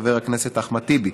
חבר הכנסת אחמד טיבי,